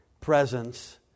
presence